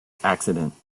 accident